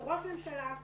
וראש ממשלה,